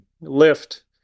lift